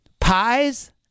pies